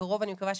בקרוב אני מקווה,